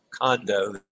condo